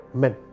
men